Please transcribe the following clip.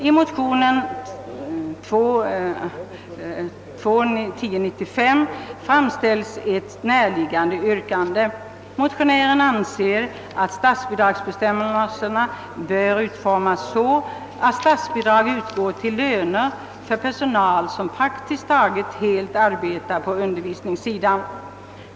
I motionen I1:1095 framställs ett näraliggande yrkande. Motionären anser att statsbidragsbestämmelserna bör utformas så att statsbidrag utgår till löner för personal, som praktiskt taget helt arbetar på undervisningssidan.